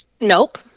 Nope